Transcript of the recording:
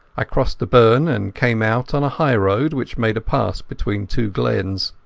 i crossed a burn, and came out on a highroad which made a pass between two glens.